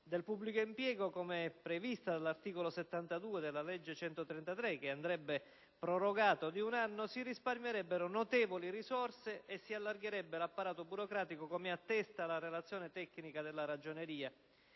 del pubblico impiego, come è prevista dall'articolo 72 della legge n. 133 del 2008 che verrebbe prorogato di un anno, si risparmierebbero notevoli risorse e si alleggerirebbe l'apparato burocratico, come attesta la relazione tecnica della Ragioneria.